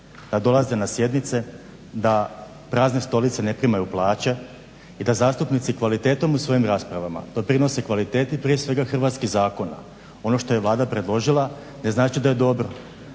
da dolaze na sjednice, da prazne stolice ne primaju plaće i da zastupnici kvalitetom u svojim raspravama doprinose kvaliteti prije svega hrvatskih zakona. Ono što je Vlada predložila ne znači da je dobro.